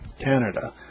Canada